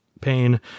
pain